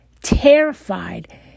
Terrified